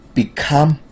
become